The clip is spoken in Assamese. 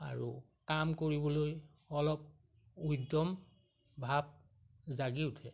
আৰু কাম কৰিবলৈ অলপ উদ্যম ভাব জাগি উঠে